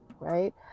right